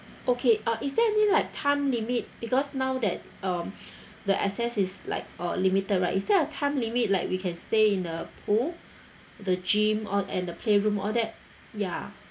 okay uh is there any like time limit because now that um the access is like uh limited right is there a time limit like we can stay in the pool the gym all and the playroom all that ya